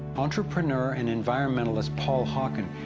entrepreneur and environmentalist paul hawken,